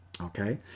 Okay